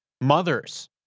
Mothers